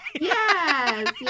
Yes